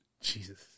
Jesus